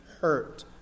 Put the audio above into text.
hurt